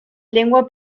lengua